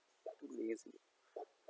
I'm too lazy